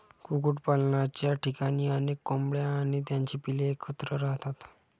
कुक्कुटपालनाच्या ठिकाणी अनेक कोंबड्या आणि त्यांची पिल्ले एकत्र राहतात